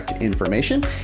information